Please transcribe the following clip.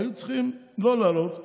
היו צריכים לא להעלות,